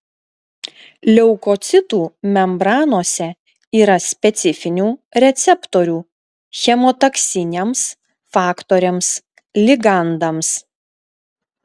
leukocitų membranose yra specifinių receptorių chemotaksiniams faktoriams ligandams